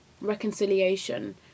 reconciliation